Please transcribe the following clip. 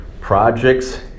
projects